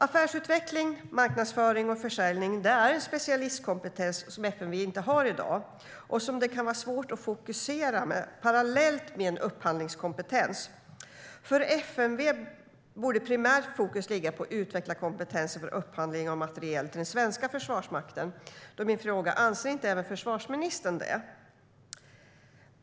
Affärsutveckling, marknadsföring och försäljning är en specialistkompetens som FMV inte har i dag och som det kan vara svårt att fokusera och utveckla parallellt med en upphandlingskompetens. För FMV borde primärt fokus ligga på att utveckla kompetensen för upphandling av materiel till den svenska Försvarsmakten. Anser inte även försvarsministern det?